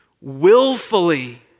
willfully